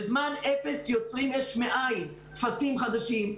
בזמן אפס יוצרים יש מאין, טפסים חדשים.